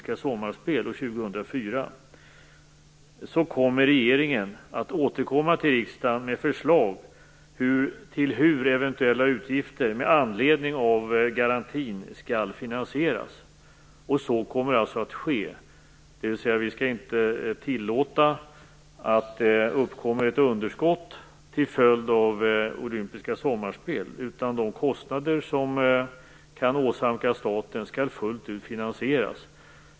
kommer regeringen att återkomma till riksdagen med förslag till hur eventuella utgifter med anledning av garantin skall finansieras. Så kommer alltså att ske. Vi skall inte tillåta att det uppkommer ett underskott till följd av olympiska sommarspel, utan de kostnader som kan åsamkas staten skall fullt ut finansieras.